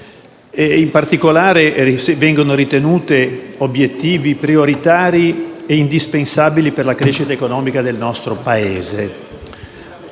in particolare, vengono ritenute obiettivi prioritari e indispensabili per la crescita economica del nostro Paese.